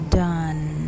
done